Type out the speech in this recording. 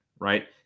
right